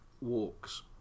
walks